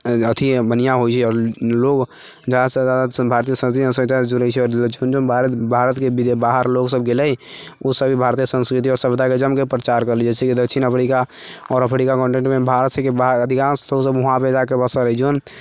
अथी बढ़ियाँ होइ हइ आओर लोग ज्यादासँ ज्यादा भारतीय संस्कृति आओर सभ्यतासँ जुड़ै छै आओर जौन जौन भारतके बाहर लोकसभ गेलै ओसभ भी भारतीय संस्कृति आओर सभ्यताके जमके प्रचार केलकै जैसेकि दक्षिण अफ्रीका आओर अफ्रीका कन्टीनेन्टमे भारतके अधिकांश लोक वहाँपर बसल अछि जौन